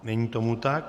Není tomu tak.